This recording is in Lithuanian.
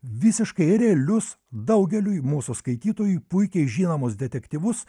visiškai realius daugeliui mūsų skaitytojų puikiai žinomus detektyvus